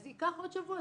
אז ייקח עוד שבוע,